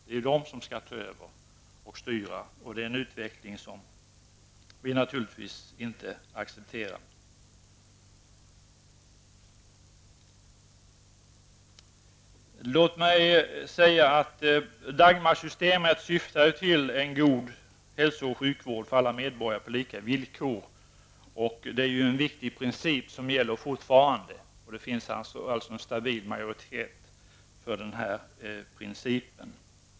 Marknadskrafterna skall ta över och styra, och det är en utveckling som vi naturligtvis inte accepterar. Dagmarsystemet syftar till en god hälso och sjukvård för alla medborgare på lika villkor. Det är en viktig princip som fortfarande gäller. Det finns alltså en stabil majoritet för den.